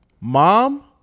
mom